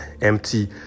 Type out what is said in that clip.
empty